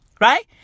Right